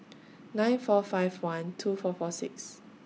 nine four five one two four four six